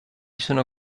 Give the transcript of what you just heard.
sono